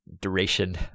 duration